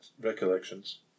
recollections